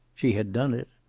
she had done it.